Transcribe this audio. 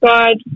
God